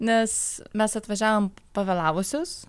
nes mes atvažiavom pavėlavusius